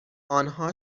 آنها